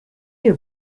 your